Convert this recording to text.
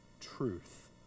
truth